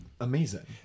amazing